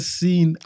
seen